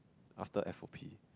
after F_O_P